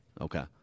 Okay